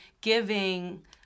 giving